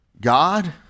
God